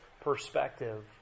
perspective